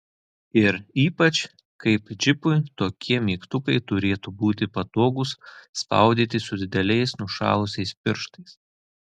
ir ypač kaip džipui tokie mygtukai turėtų būti patogūs spaudyti su dideliais nušalusiais pirštais